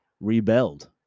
rebelled